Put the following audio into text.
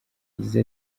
yagize